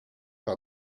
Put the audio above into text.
par